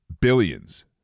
billions